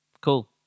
Cool